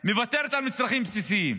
מוותרת על מצרכים בסיסיים.